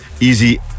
easy